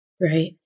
right